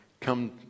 come